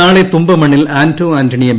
നാളെ തുമ്പമണ്ണിൽ ആന്റോ ആന്റണി എം